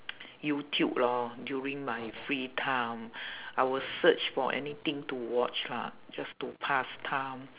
youtube lor during my free time I will search for anything to watch lah just to pass time